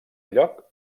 lloc